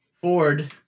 Ford